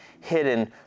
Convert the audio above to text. hidden